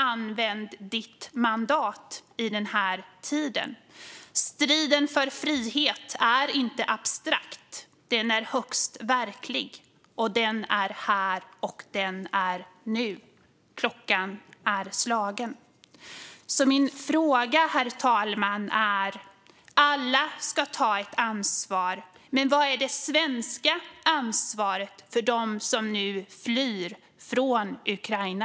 Använd ditt mandat i den här tiden! Striden för frihet är inte abstrakt, utan den är högst verklig. Den är här, och den är nu. Klockan är slagen. Min fråga, herr talman, är: Alla ska ta ett ansvar, men vad är det svenska ansvaret för dem som nu flyr från Ukraina?